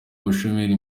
ubushomeri